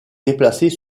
déplacer